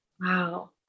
wow